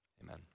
Amen